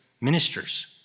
ministers